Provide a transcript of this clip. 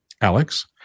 Alex